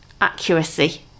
accuracy